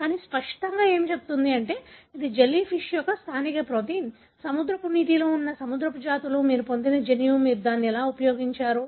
కాబట్టి మీరు ఒక ప్రోటీన్ను వ్యక్తీకరించగల శక్తిని ఇది స్పష్టంగా చెబుతుంది ఇది జెల్లీ ఫిష్ యొక్క స్థానిక ప్రోటీన్ సముద్రపు నీటిలో ఉన్న సముద్ర జాతులు మీరు పొందిన జన్యువు మీరు దాన్ని ఉపయోగించారు